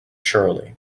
surely